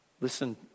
Listen